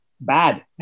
bad